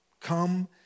Come